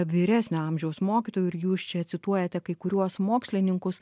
vyresnio amžiaus mokytojų ir jūs čia cituojate kai kuriuos mokslininkus